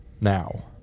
Now